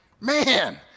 Man